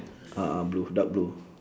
a'ah blue dark blue